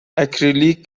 اکریلیک